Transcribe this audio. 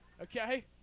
Okay